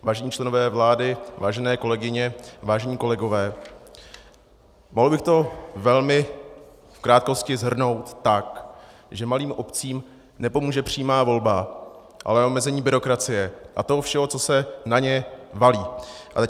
Vážení členové vlády, vážené kolegyně, vážení kolegové, mohl bych to velmi v krátkosti shrnout tak, že malým obcím nepomůže přímá volba, ale omezení byrokracie a toho všeho, co se na ně valí.